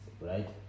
right